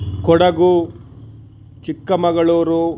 Kodagu Chikkamagaluru